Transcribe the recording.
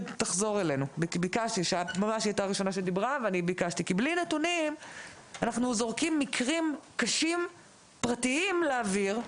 בלי נתונים אנחנו זורקים מקרים קשים פרטיים לאוויר,